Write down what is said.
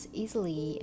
easily